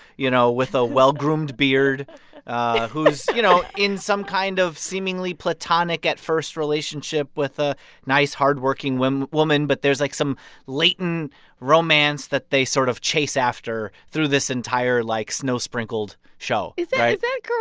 you know, with a well-groomed beard who's, you know, in some kind of seemingly platonic at first relationship with a nice, hardworking woman. but there's, like, some latent romance that they sort of chase after through this entire, like, snow-sprinkled show is that correct?